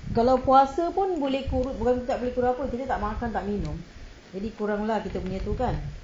kalau puasa pun boleh kurus bukan kita tak boleh apa kita tak makan tak minum jadi kurang lah kita punya tu kan